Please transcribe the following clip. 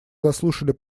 заслушали